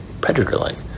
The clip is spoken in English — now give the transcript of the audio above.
Predator-like